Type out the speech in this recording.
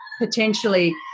potentially